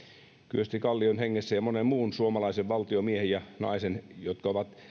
kyösti kallion ja monen muun suomalaisen valtiomiehen ja naisen hengessä jotka ovat